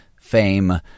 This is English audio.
fame